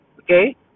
okay